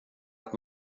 att